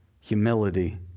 humility